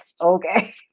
Okay